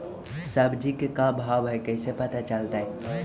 सब्जी के का भाव है कैसे पता चलतै?